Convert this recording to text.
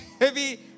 heavy